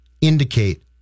indicate